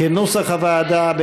כנוסח הוועדה.